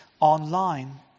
online